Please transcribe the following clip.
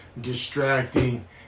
distracting